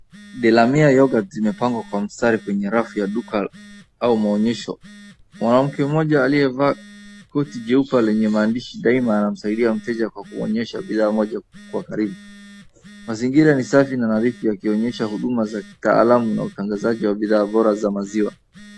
Delamere yoghurt zimepangwa kwa mistari kwenye rafu ya duka au maonyesho. Mwanamke mmoja aliyevaa koti jeupe lenye maandishi daima anamsaidia mteja kwa kumuonyesha bidhaa moja kwa karibu. Mazingira ni safi na marafu yakionyesha huduma za kitaalamu na utangazaji wa bidhaa bora za maziwa.